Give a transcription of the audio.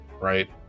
right